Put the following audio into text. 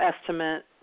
estimate